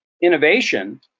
innovation